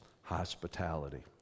hospitality